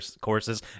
courses